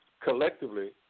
collectively